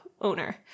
owner